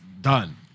done